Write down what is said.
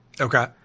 Okay